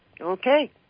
Okay